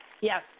Yes